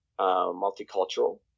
multicultural